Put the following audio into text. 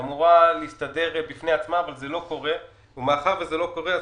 היא אמורה להסתדר אבל זה לא קורה ומאחר וזה לא קורה,